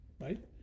right